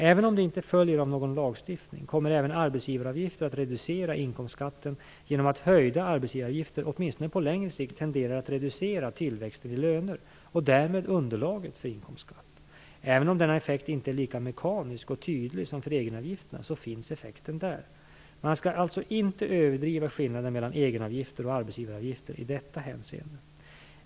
Även om det inte följer av någon lagstiftning kommer även arbetsgivaravgifter att reducera inkomstskatten genom att höjda arbetsgivaravgifter åtminstone på längre sikt tenderar att reducera tillväxten i löner och därmed underlaget för inkomstskatt. Även om denna effekt inte är lika mekanisk och tydlig som för egenavgifterna finns effekten där. Man skall alltså inte överdriva skillnaden mellan egenavgifter och arbetsgivaravgifter i detta hänseende.